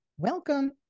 Welcome